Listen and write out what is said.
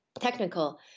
technical